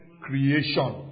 creation